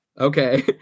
Okay